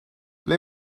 ble